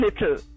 little